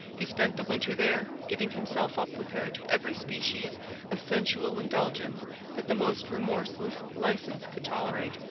he spent the winter there, giving himself up with her to every species of sensual indulgence that the most remorseless license could tolerate,